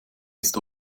ist